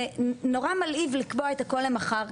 זה אולי מלהיב לקבוע את הכל למחר,